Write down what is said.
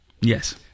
Yes